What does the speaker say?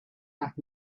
back